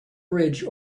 bridge